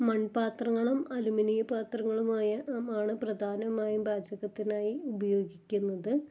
മൺപാത്രങ്ങളും aluminium പാത്രങ്ങളുമായ മാണ് പ്രധാനമായും പാചകത്തിനായി ഉപയോഗിക്കുന്നത്